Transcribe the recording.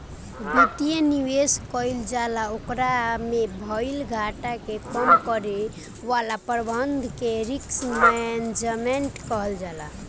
वित्तीय निवेश कईल जाला ओकरा में भईल घाटा के कम करे वाला प्रबंधन के रिस्क मैनजमेंट कहल जाला